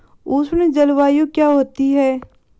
उष्ण जलवायु क्या होती है?